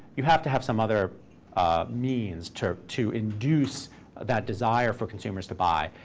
you have to have some other means to to induce that desire for consumers to buy.